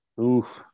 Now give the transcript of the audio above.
Oof